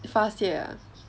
发泄 ah